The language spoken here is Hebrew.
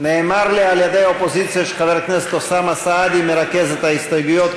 נאמר לי על-ידי האופוזיציה שחבר הכנסת אוסאמה סעדי מרכז את ההסתייגויות,